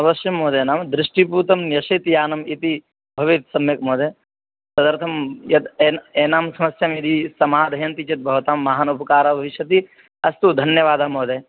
अवश्यं महोदय नाम दृष्टिपूतं न्यसेत् यानम् इति भवेत् सम्यक् महोदय तदर्थं यत् एन् एनां समस्यां यदि समाधयन्ति चेत् भवतां महान् उपकारः भविष्यति अस्तु धन्यवादः महोदय